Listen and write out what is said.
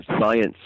science